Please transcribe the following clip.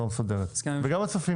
הצו,